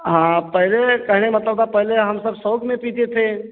हाँ पहले कहने का मतलब था पहले हम सब शौक़ में पीते थे